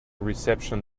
reception